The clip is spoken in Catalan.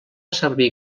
servir